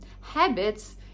habits